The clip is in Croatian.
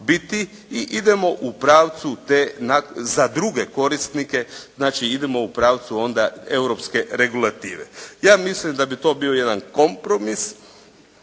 i idemo u pravcu te, za druge korisnike, znači idemo u pravcu onda europske regulative. Ja mislim da bi to bio jedan kompromis.